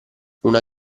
una